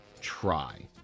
Try